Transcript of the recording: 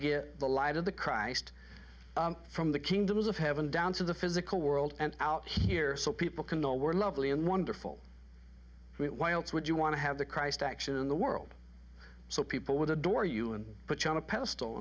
get the light of the christ from the kingdoms of heaven down to the physical world and out here so people can know we're lovely and wonderful why else would you want to have the christ action in the world so people would adore you and put you on a pedestal